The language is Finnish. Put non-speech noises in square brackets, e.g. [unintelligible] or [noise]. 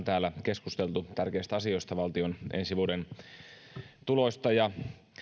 [unintelligible] täällä keskusteltu tärkeistä asioista valtion ensi vuoden tuloista ja